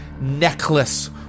necklace